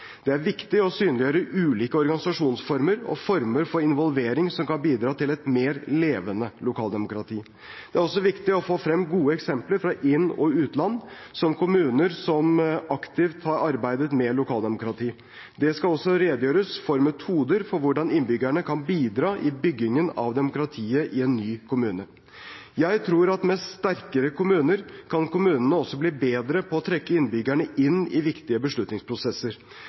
Det er viktig å synliggjøre ulike organisasjonsformer og former for involvering som kan bidra til et mer levende lokaldemokrati. Det er også viktig å få frem gode eksempler fra inn- og utland på kommuner som aktivt har arbeidet med lokaldemokrati. Det skal også redegjøres for metoder for hvordan innbyggerne kan bidra i byggingen av demokratiet i en ny kommune. Jeg tror at med sterkere kommuner kan kommunene også bli bedre på å trekke innbyggerne inn i viktige beslutningsprosesser.